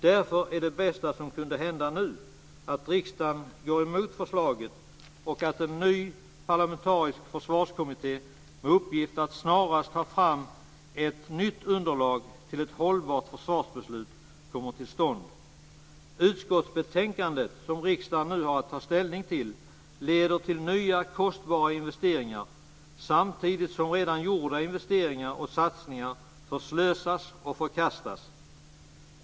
Därför är det bästa som nu kunde hända att riksdagen går emot förslaget och att en ny parlamentarisk försvarskommitté med uppgift att snarast ta fram ett nytt underlag till ett hållbart försvarsbeslut kommer till stånd. Det utskottsbetänkande som riksdagen nu har att ta ställning till leder till nya kostbara investeringar, samtidigt som redan gjorda investeringar och satsningar förslösas och förkastas.